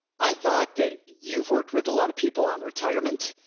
i thought that you've worked with a lot of people on retirement.